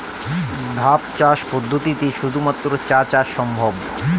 ধাপ চাষ পদ্ধতিতে শুধুমাত্র চা চাষ সম্ভব?